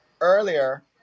earlier